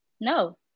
No